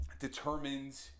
determined